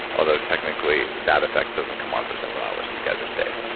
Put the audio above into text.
although technically, that effect doesn't come on for several hours. you guys are safe.